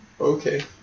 okay